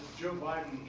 joe biden